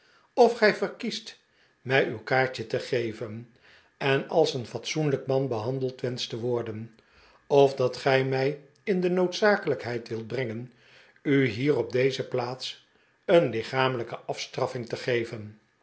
of gij verkiest mij uw kaartje te geven en als een fatsoenlijk man behandeld wenscht te worden of dat gij mij in de noodzakelijkheid wilt brengen u hier op deze plaats een lichamelijke afstraffing te geven